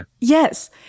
Yes